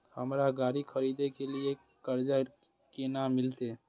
हमरा गाड़ी खरदे के लिए कर्जा केना मिलते?